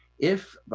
if,